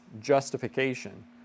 justification